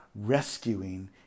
rescuing